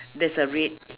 there's a red